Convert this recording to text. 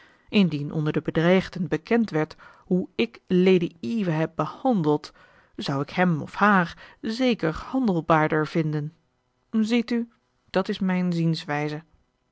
indien onder de bedreigden bekend werd hoe ik lady eva heb behandeld zou ik hem of haar zeker handelbaarder vinden ziet u dat is mijn zienswijze